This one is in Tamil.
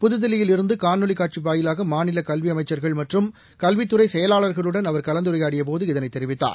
புகுதில்லியில் இருந்துகாணொலிகாட்சிவாயிலாகமாநிலகல்விஅமைச்சர்கள் மற்றம் கல்வித்துறைசெயலாளர்களுடன் அவர் கலந்துரையாடியபோது இதனைதெரிவித்தார்